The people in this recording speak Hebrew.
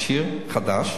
מכשיר חדש.